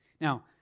Now